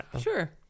sure